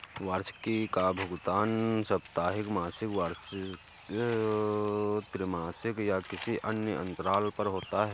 वार्षिकी का भुगतान साप्ताहिक, मासिक, वार्षिक, त्रिमासिक या किसी अन्य अंतराल पर होता है